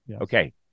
Okay